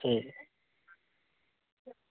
ते